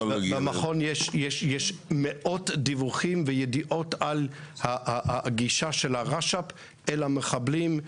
יש מאות דיווחים וידיעות על הגישה של הרש"פ אל המחבלים,